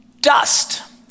dust